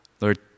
Lord